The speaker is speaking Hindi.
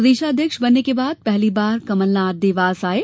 प्रदेशा ध्यक्ष बनने के बाद पहली बार कमलनाथ देवास आये